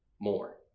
more